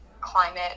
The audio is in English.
climate